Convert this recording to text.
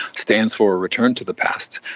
stands for a return to the past.